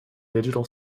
digital